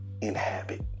inhabit